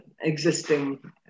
existing